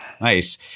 Nice